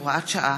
הוראת שעה)